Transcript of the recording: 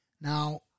Now